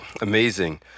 amazing